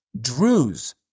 Druze